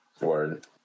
Word